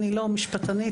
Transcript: אני משפטנית,